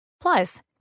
Plus